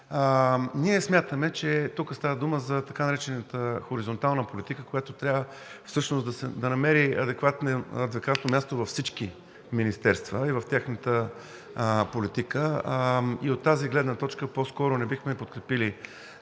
Ние смятаме, че тук става дума за така наречената хоризонтална политика, която трябва всъщност да намери адекватно място във всички министерства и в тяхната политика. От тази гледна точка по-скоро не бихме подкрепили